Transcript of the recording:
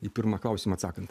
į pirmą klausimą atsakant